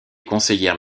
conseillère